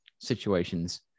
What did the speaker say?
situations